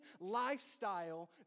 lifestyle